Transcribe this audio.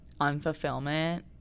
unfulfillment